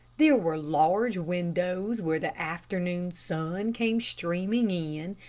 there were large windows where the afternoon sun came streaming in,